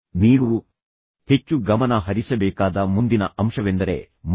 ನೀವು ಹೆಚ್ಚು ಗಮನ ಹರಿಸಬೇಕಾದ ಮುಂದಿನ ಅಂಶವೆಂದರೆ ಮುಖ